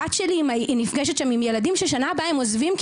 הבת שלי נפגשת שם עם ילדים ששנה הבאה הם עוזבים כי